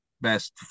best